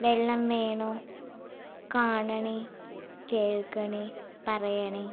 വെള്ളം വേണോ കാണണേ കേൾക്കണേ പറയണേ